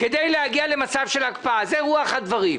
כדי להגיע למצב של הקפאה, זה רוח הדברים.